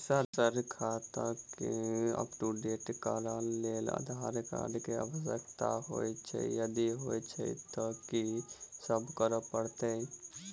Sir खाता केँ update करऽ लेल आधार कार्ड केँ आवश्यकता होइ छैय यदि होइ छैथ की सब करैपरतैय?